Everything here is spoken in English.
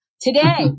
Today